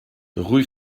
rue